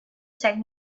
take